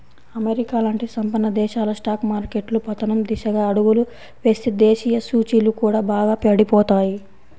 America లాంటి సంపన్న దేశాల స్టాక్ మార్కెట్లు పతనం దిశగా అడుగులు వేస్తే దేశీయ సూచీలు కూడా బాగా పడిపోతాయి